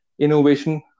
innovation